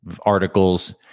articles